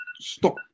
Stop